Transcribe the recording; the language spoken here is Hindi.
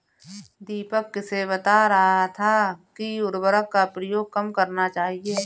दीपक किसे बता रहा था कि उर्वरक का प्रयोग कम करना चाहिए?